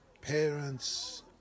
Parents